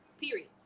period